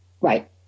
Right